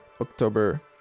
October